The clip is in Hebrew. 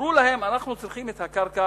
אמרו להם: אנחנו צריכים את הקרקע